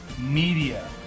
media